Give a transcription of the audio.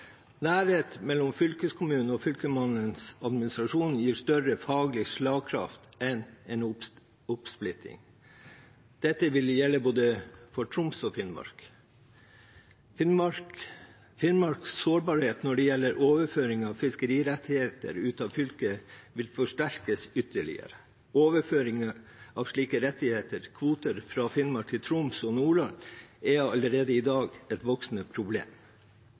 Nærhet mellom fylkeskommune og Fylkesmannens administrasjon gir større faglig slagkraft enn en oppsplitting. Dette vil gjelde for både Troms og Finnmark. Finnmarks sårbarhet når det gjelder overføring av fiskerirettigheter ut av fylket, vil forsterkes ytterligere. Overføringer av slike rettigheter, kvoter, fra Finnmark til Troms og Nordland er allerede i dag et voksende problem.